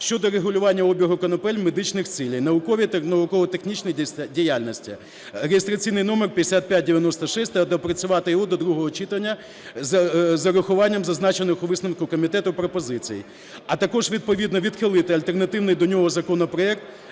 щодо регулювання обігу конопель в медичних цілях, науковій та науково-технічній діяльності (реєстраційний номер 5596) та доопрацювати його до другого читання з урахуванням зазначених у висновку комітету пропозицій. А також відповідно відхилити альтернативний до нього законопроект